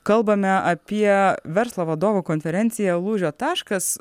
kalbame apie verslo vadovų konferenciją lūžio taškas